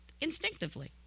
instinctively